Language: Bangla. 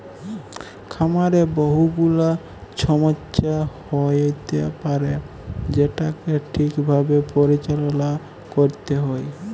খামারে বহু গুলা ছমস্যা হ্য়য়তে পারে যেটাকে ঠিক ভাবে পরিচাললা ক্যরতে হ্যয়